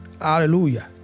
Hallelujah